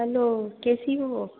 hello कैसी हो